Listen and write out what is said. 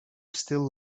still